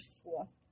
school